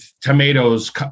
tomatoes